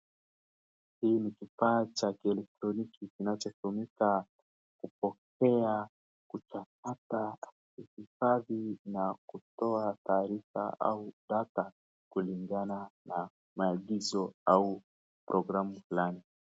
Hii ni kifaa cha kielektroniki kinachotumika kupokea, kutafuta ,kuhifadhi na kutoa taarifa au data kulingana na maagizo au programu fulani.